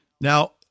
Now